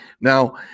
Now